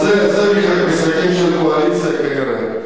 זה משחקים של קואליציה כנראה.